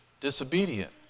disobedient